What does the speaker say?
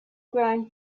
grown